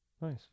nice